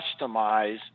customize